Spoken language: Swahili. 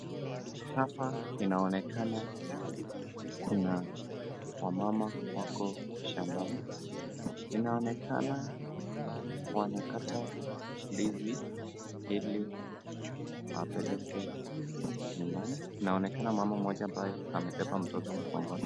Kuna wamama wako shambani wanakata ndizi ili wapeleke nyumbani, inaonekana mama mmoja amebeba mtoto mgongoni.